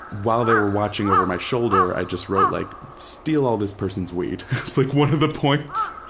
while they were watching over my shoulder, i just wrote like, steal all this person's weed, it's like one of the point